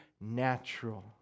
natural